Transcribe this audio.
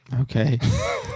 okay